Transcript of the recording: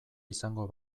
izango